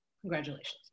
Congratulations